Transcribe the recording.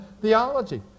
theology